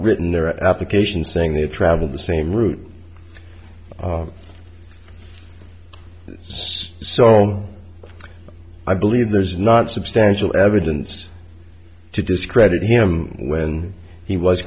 written their application saying they had travelled the same route this so i believe there's not substantial evidence to discredit him when he was